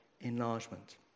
enlargement